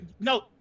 no